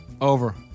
over